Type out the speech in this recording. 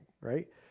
right